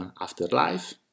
Afterlife